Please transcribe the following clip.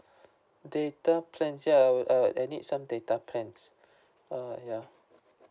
data plans ya I need some data plans uh ya